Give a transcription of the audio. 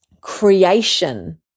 creation